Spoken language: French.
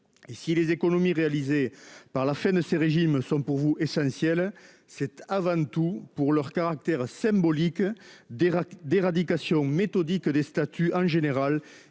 et, si les économies engendrées par la suppression de ces régimes sont, pour vous, essentielles, c'est avant tout en raison de leur caractère symbolique d'éradication méthodique des statuts en général